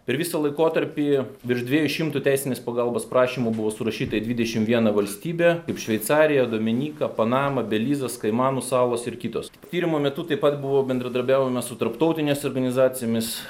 per visą laikotarpį virš dviejų šimtų teisinės pagalbos prašymų buvo surašyta į dvidešim vieną valstybę kaip šveicarija dominyka panama belizas kaimanų salos ir kitos tyrimo metu taip pat buvo bendradarbiaujama su tarptautinės organizacijomis